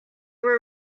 were